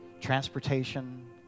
transportation